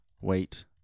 wait